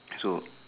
so